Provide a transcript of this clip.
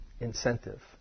incentive